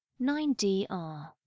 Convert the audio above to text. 9DR